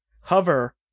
hover